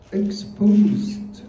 exposed